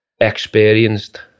experienced